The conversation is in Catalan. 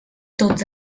tots